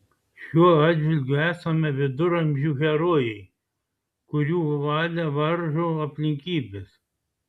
šiuo atžvilgiu esame viduramžių herojai kurių valią varžo aplinkybės